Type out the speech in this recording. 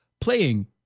playing